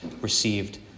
received